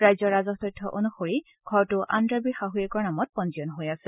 ৰাজ্যৰ ৰাজহ তথ্য অনুসৰি ঘৰটো আনড্ৰাবিৰ শাহুৱেকৰ নামত পঞ্জীয়ন হৈ আছে